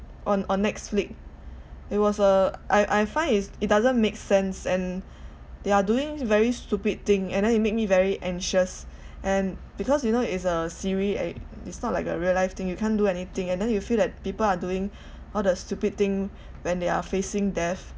on on netflix it was uh I I find is it doesn't make sense and they are doing very stupid thing and then it make me very anxious and because you know is a series eh it's not like a real life thing you can't do anything and then you feel like people are doing all the stupid thing when they are facing death